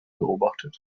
beobachtet